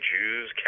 Jews